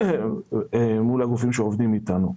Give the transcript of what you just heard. ומול הגופים שעובדים אתנו.